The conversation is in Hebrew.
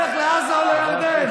לך לעזה או לירדן.